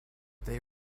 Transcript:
they